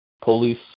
police